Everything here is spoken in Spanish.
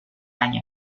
año